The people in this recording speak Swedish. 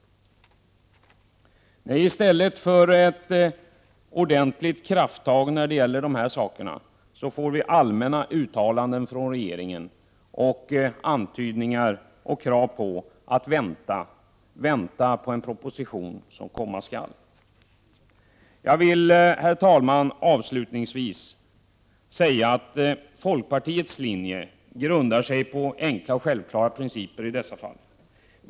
I stället för ett ordentligt krafttag får vi allmänna uttalanden från regeringen och antydningar och krav på att vänta på en proposition som komma skall. Herr talman! Avslutningsvis vill jag säga att folkpartiets linje grundar sig på enkla och självklara principer.